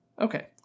Okay